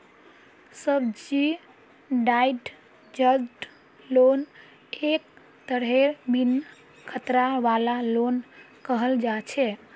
subsidised loan एक तरहेर बिन खतरा वाला लोन कहल जा छे